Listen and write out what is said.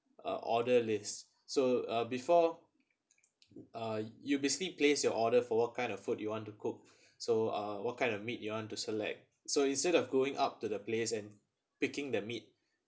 a order list so uh before uh you basically place your order for what kind of food you want to cook so uh what kind of meat you want to select so instead of going up to the place and picking the meat